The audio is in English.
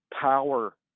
power